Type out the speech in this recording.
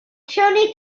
tony